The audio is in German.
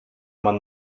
man